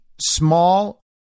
small